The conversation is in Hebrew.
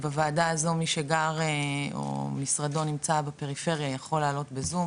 בוועדה הזו מי שגר או שמשרדו נמצא בפריפריה יכול לעלות בזום,